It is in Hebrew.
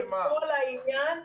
את כל העניין.